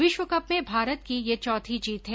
विश्वकप में भारत की यह चौथी जीत है